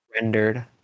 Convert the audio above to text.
rendered